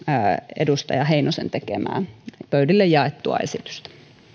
edustaja heinosen tekemää pöydille jaettua esitystä